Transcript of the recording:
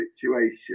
situation